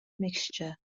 mixture